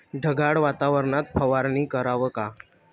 ढगाळ वातावरनात फवारनी कराव का?